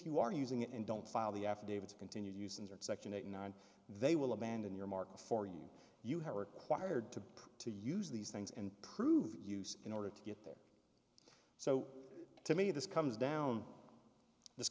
you are using it and don't file the affidavit to continue using their section eight nine they will abandon your market for you you have required to pay to use these things and prove use in order to get there so to me this comes down this